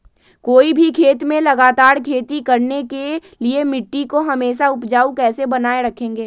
कोई भी खेत में लगातार खेती करने के लिए मिट्टी को हमेसा उपजाऊ कैसे बनाय रखेंगे?